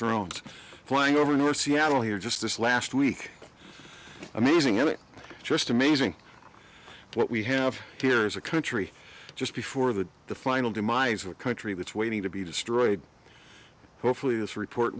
drones flying over north seattle here just this last week amazing and it just amazing what we have here is a country just before the final demise of a country that's waiting to be destroyed hopefully this report